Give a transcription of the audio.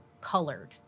colored